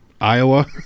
Iowa